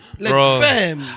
bro